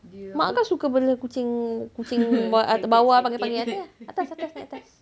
mak kan suka bela kucing kucing bawah panggil-panggil atas atas atas atas